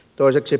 toiseksi